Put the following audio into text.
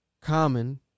Common